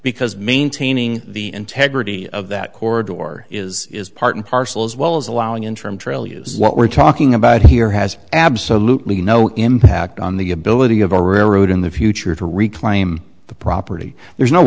because maintaining the integrity of that core door is is part and parcel as well as allowing interim trail use what we're talking about here has absolutely no impact on the ability of all road in the future to reclaim the property there's no